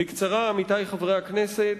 בקצרה, עמיתי חברי הכנסת,